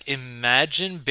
imagine